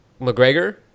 McGregor